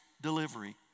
delivery